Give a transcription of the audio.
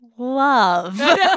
Love